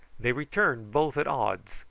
they returned both at odds,